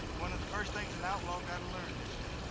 one of the first things an outlaw's got to learn is to